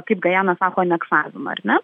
kaip gajana sako aneksavimą ar ne